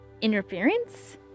interference